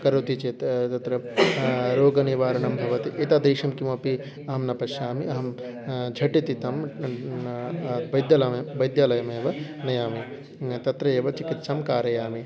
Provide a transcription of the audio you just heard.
करोति चेत् तत्र रोगनिवारणं भवति एतादृशं किमपि अहं न पश्यामि अहं झटिति तं वैद्यालयं वैद्यालयमेव नयामि तत्र एव चिकित्सां कारयामि